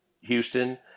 Houston